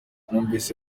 numvise